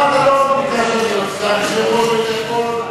חבר הכנסת כץ, למה לא ביקשת לדבר?